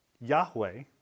Yahweh